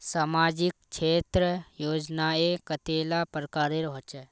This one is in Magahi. सामाजिक क्षेत्र योजनाएँ कतेला प्रकारेर होचे?